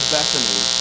Bethany